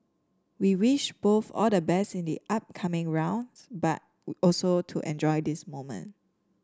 we wish both all the best in the upcoming rounds but also to enjoy this moment